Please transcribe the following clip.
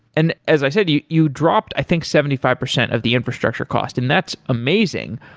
and as i said, you you dropped, i think, seventy five percent of the infrastructure cost, and that's amazing.